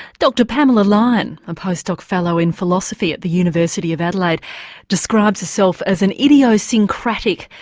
dr pamela lyon, a post-doc fellow in philosophy at the university of adelaide describes herself as an idiosyncratic,